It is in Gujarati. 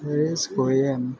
રિસ્ક હોય એમ